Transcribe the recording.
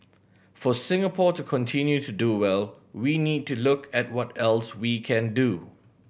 for Singapore to continue to do well we need to look at what else we can do